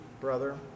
brother